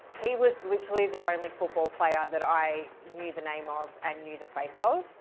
he was literally the only football player that i knew the name of and knew the face of.